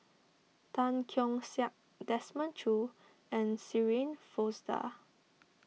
Tan Keong Saik Desmond Choo and Shirin Fozdar